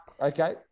okay